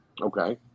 Okay